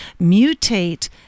mutate